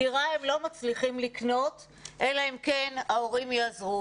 דירה הם לא מצליחים לקנות אלא אם כן ההורים יעזרו,